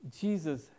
Jesus